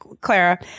Clara